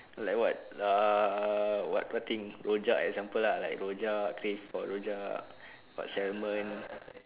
like what uh what what thing rojak example lah like rojak crave for rojak got salmon